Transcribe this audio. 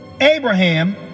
Abraham